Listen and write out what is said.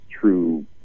true